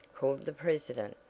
called the president,